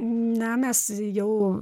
na mes jau